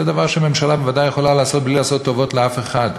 זה דבר שהממשלה בוודאי יכולה לעשות בלי לעשות טובות לאף אחד,